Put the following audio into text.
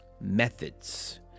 methods